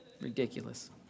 Ridiculous